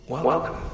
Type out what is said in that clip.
Welcome